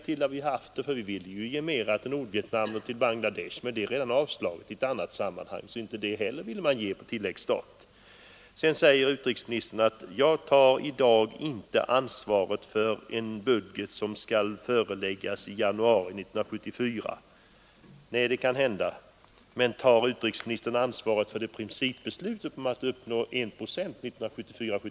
Vi har föreslagit höjningar till Nordvietnam och Bangladesh, men kraven har avslagits i annat sammanhang — så inte heller sådana höjningar vill majoriteten ge på tilläggsstat. Utrikesministern säger: Jag tar i dag inte ansvaret för en budget som skall föreläggas riksdagen i januari 1974. Nej, det kan hända, men tar utrikesministern ansvaret för principbeslutet om att uppnå 1 procent 1974/75?